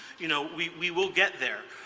you know we we will get there.